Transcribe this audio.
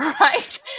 right